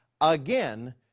Again